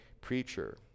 preacher